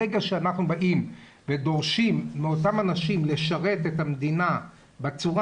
ברגע שאנחנו דורשים מאותם אנשים לשרת את המדינה בצורה